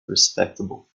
respectable